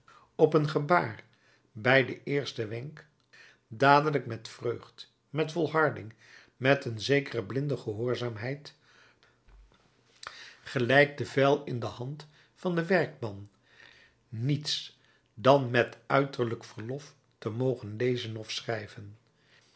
op een gebaar bij den eersten wenk ad nutum ad primum signum dadelijk met vreugd met volharding met een zekere blinde gehoorzaamheid promptè hilariter perseveranter et coecâ quadam obedientiâ gelijk de vijl in de hand van den werkman quasi liman in manibus fabri niets dan met uitdrukkelijk verlof te mogen lezen of schrijven